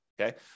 okay